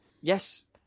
yes